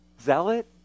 zealot